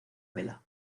vela